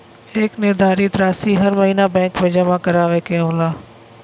एक निर्धारित रासी हर महीना बैंक मे जमा करावे के होला